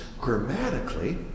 Grammatically